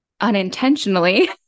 unintentionally